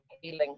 healing